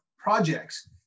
projects